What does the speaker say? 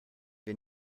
wir